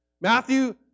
Matthew